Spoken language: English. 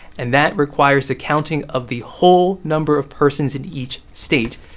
and that requires accounting of the whole number of persons in each state.